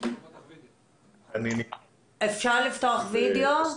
אני מברך על הדיון המעמיק